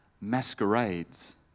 masquerades